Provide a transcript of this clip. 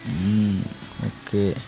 okay